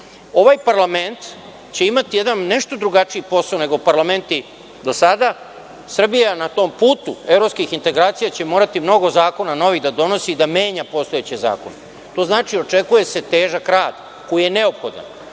Ovaj parlament će imati nešto drugačiji posao nego parlamenti do sada. Srbija na tom putu evropskih integracija će morati mnogo zakona novih da donosi, da menja postojeće zakone. To znači, očekuje se težak rad koji je neophodan.